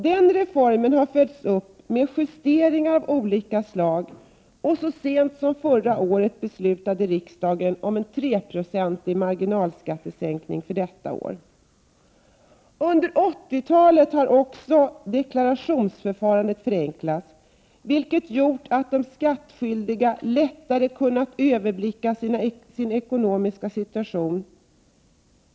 Den reformen har följts upp med justeringar av olika slag, och så sent som förra året beslutade riksdagen om en 3-procentig marginalskattesänkning för innevarande år. Under 1980-talet har också deklarationsförfarandet förenklats, vilket gjort att de skattskyldiga lättare kunnat överblicka sin ekonomiska situation.